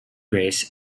grace